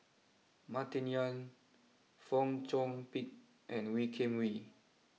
Martin Yan Fong Chong Pik and Wee Kim Wee